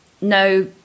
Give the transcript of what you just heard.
no